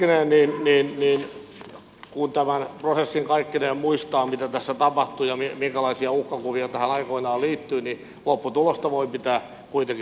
kaiken kaikkineen kun tämän prosessin muistaa mitä tässä tapahtui ja minkälaisia uhkakuvia tähän aikoinaan liittyi lopputulosta voi pitää kuitenkin varsin kohtuullisena